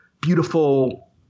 beautiful